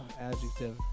Adjective